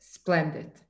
splendid